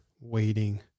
waiting